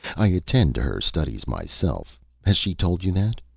i attend to her studies myself has she told you that?